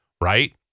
right